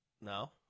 no